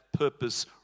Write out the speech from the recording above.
purpose